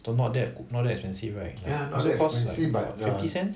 though not that not that expensive right also cost like fifty cents